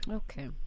okay